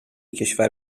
کشور